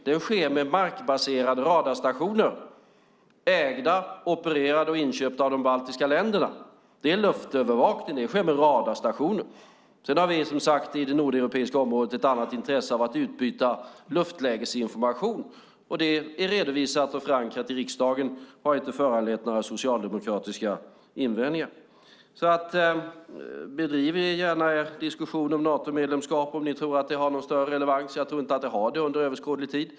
Det sker med hjälp av markbaserade radarstationer inköpta, ägda och opererade av de baltiska länderna. Den luftövervakningen sker via radarstationer. Sedan har vi som sagt i det nordeuropeiska området ett intresse av att utbyta luftlägesinformation. Det är redovisat och förankrat i riksdagen och har inte föranlett några socialdemokratiska invändningar. Ni kan gärna föra er diskussion om Natomedlemskap om ni tror att det har någon större relevans. Jag tror inte att det har det under överskådlig tid.